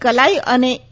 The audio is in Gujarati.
કલાઈ અને ઈ